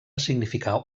significar